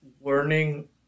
learning